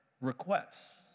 requests